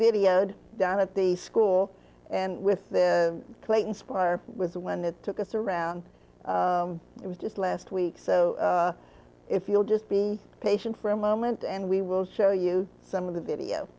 videoed down at the school and with the clayton spire with the one that took us around it was just last week so if you'll just be patient for a moment and we will show you some of the video